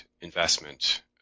investment